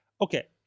Okay